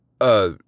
Uh